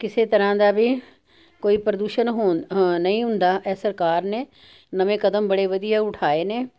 ਕਿਸੇ ਤਰ੍ਹਾਂ ਦਾ ਵੀ ਕੋਈ ਪ੍ਰਦੂਸ਼ਣ ਹੋਣ ਨਹੀਂ ਹੁੰਦਾ ਇਹ ਸਰਕਾਰ ਨੇ ਨਵੇਂ ਕਦਮ ਬੜੇ ਵਧੀਆ ਉਠਾਏ ਨੇ